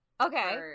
Okay